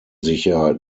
sicher